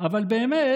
אבל באמת